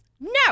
No